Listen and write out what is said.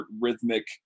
rhythmic